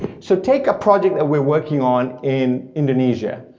so take project that we're working on in indonesia,